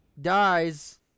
dies